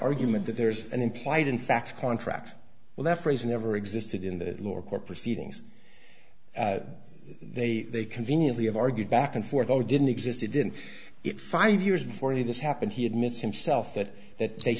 argument that there's an implied in fact contract well that phrase never existed in the lower court proceedings they conveniently have argued back and forth over didn't exist it didn't it five years before this happened he admits in self that that they